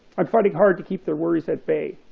i find it hard to keep their worries at bay.